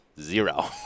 Zero